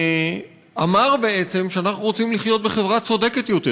שאמר שאנחנו רוצים לחיות בחברה צודקת יותר,